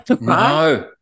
no